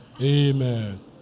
amen